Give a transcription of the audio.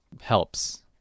helps